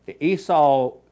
Esau